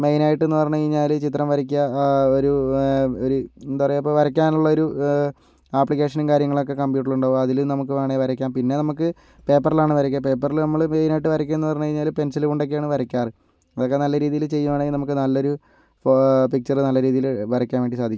മെയ്നായിട്ടെന്ന് പറഞ്ഞ് കഴിഞ്ഞാല് ചിത്രം വരയ്ക്കുക ഒരു ഒരു എന്താ പറയുക ഇപ്പം വരയ്ക്കാനുള്ളൊരു ആപ്പ്ളിക്കേഷനും കാര്യങ്ങളൊക്കെ കമ്പ്യൂട്ടറില് ഉണ്ടാവും അതില് നമക്ക് വേണേൽ വരക്കാം പിന്നെ നമക്ക് പേപ്പറിലാണ് വരയ്ക്കാം പേപ്പറില് നമ്മള് മെയ്നായിട്ട് വരക്കെന്ന് പറഞ്ഞ് കഴിഞ്ഞാല് പെൻസില് കൊണ്ടക്കേണ് വരക്കാറ് അതൊക്കെ നല്ലരീതീല് ചെയ്യുവാണെങ്കി നമക്ക് നല്ലൊരു പിക്ചറ് നല്ലരീതീല് വരയ്ക്കാൻ വേണ്ടി സാധിക്കും